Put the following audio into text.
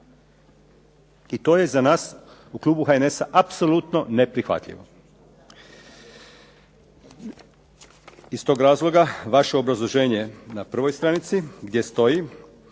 I to je za nas u klubu HNS-a apsolutno neprihvatljivo. Iz tog razloga vaše obrazloženje na prvoj stranici gdje stoji